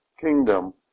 kingdom